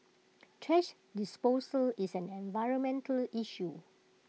trash disposal is an environmental issue